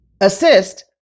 assist